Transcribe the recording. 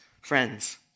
friends